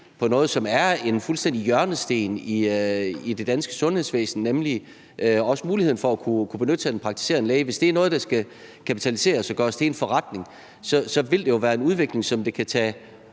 på noget, som er en fuldstændig hjørnesten i det danske sundhedsvæsen, nemlig muligheden for at kunne benytte sig af en praktiserende læge, og at hvis det er noget, der skal kapitaliseres og gøres til en forretning, vil det jo være en udvikling, som det kan tage